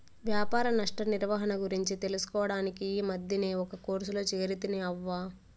వ్యాపార నష్ట నిర్వహణ గురించి తెలుసుకోడానికి ఈ మద్దినే ఒక కోర్సులో చేరితిని అవ్వా